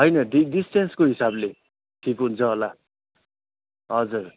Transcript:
होइन डिस डिस्टेन्सको हिसाबले ठिक हुन्छ होला हजुर